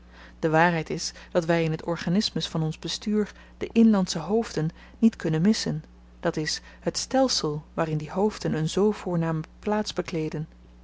de waarheid is dat wy in t organismus van ons bestuur de inlandsche hoofden niet kunnen missen d i het stelsel waarin die hoofden een zoo voorname plaats bekleeden